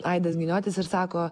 aidas giniotis ir sako